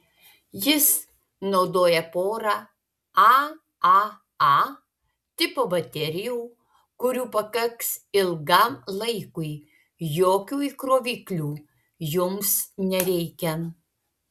jis naudoja porą aaa tipo baterijų kurių pakaks ilgam laikui jokių įkroviklių jums nereikia